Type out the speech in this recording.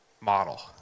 model